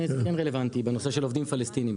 זה כן רלוונטי בנושא של עובדים פלסטינים.